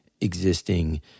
existing